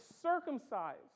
circumcised